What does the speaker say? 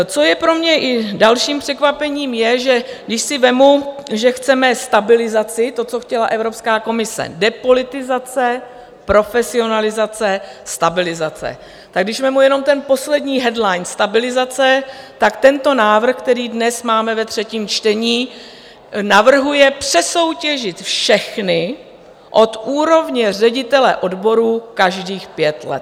Co je pro mě i dalším překvapením, je, že když si vezmu, že chceme stabilizaci, to, co chtěla Evropská komise depolitizace, profesionalizace, stabilizace tak když vezmu jenom ten poslední headline, stabilizace, tak tento návrh, který dnes máme ve třetím čtení, navrhuje přesoutěžit všechny od úrovně ředitele odborů každých pět let.